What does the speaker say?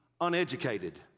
uneducated